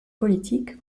politique